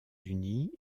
unies